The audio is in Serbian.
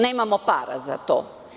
Nemamo para za to.